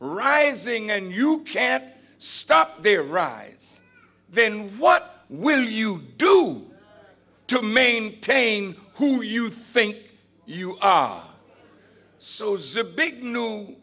rising and you can't stop there rise then what will you do to maintain who you think you are so sit big new